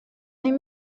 این